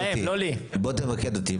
בוא תמקד אותי.